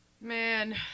Man